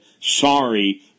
sorry